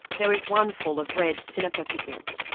there is one full of red sinoperpigment,